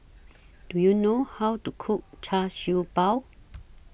Do YOU know How to Cook Char Siew Bao